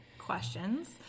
questions